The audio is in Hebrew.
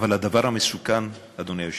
אבל הדבר המסוכן, אדוני היושב-ראש,